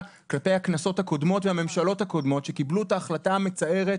כלפי הכנסות והממשלות הקודמות שקבלו את ההחלטה המצערת